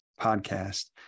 podcast